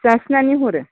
जासिनानै हरो